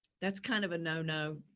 that's kind of a no, no.